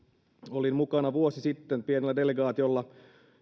olin mukana vuosi sitten pienellä delegaatiolla